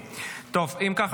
לא.